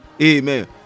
amen